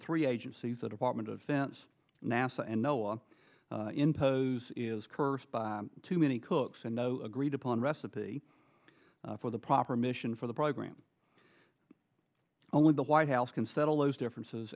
three agencies that apartment of fence nasa and noah impose is cursed by too many cooks and no agreed upon recipe for the proper mission for the program only the white house can settle those differences